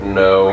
no